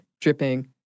dripping